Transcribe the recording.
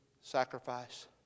sacrifice